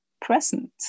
present